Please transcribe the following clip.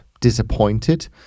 disappointed